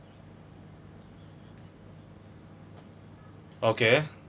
okay